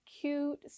cute